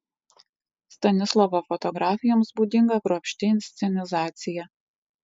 stanislovo fotografijoms būdinga kruopšti inscenizacija